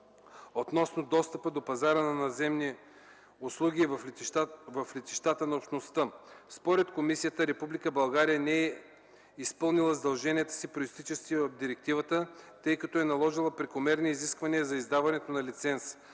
относно достъпа до пазара на наземни услуги в летищата на Общността. Според комисията Република България не е изпълнила задълженията си, произтичащи от директивата, тъй като е наложила прекомерни изисквания за издаването на лиценз,